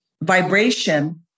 vibration